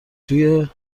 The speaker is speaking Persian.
توی